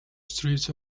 streets